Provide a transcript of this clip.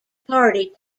party